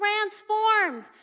transformed